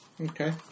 Okay